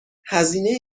هزینه